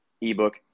ebook